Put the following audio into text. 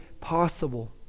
possible